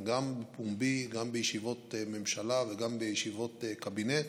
גם פומבית, גם בישיבות ממשלה וגם בישיבות קבינט,